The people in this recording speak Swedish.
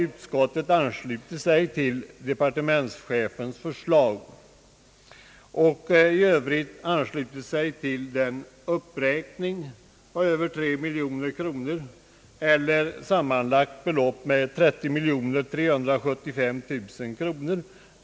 Utskottet har anslutit sig till departementschefens förslag och i övrigt anslutit sig till en uppräkning med 3 miljoner kronor, varigenom det sammanlagda anslagsbeloppet = blir 30 375 000 kronor.